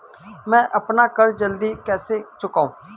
मैं अपना कर्ज जल्दी कैसे चुकाऊं?